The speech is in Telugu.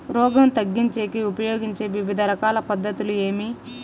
రోగం తగ్గించేకి ఉపయోగించే వివిధ రకాల పద్ధతులు ఏమి?